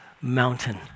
mountain